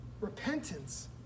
Repentance